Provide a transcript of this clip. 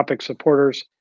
supporters